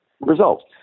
results